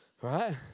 right